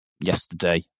yesterday